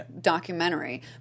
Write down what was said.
documentary